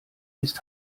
ist